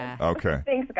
okay